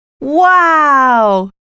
Wow